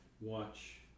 watch